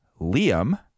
Liam